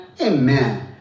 Amen